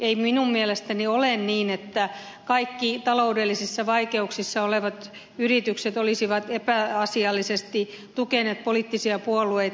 ei minun mielestäni ole niin että kaikki taloudellisissa vaikeuksissa olevat yritykset olisivat epäasiallisesti tukeneet poliittisia puolueita